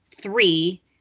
three